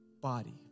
body